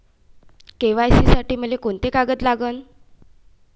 KYC साठी मले कोंते कागद लागन?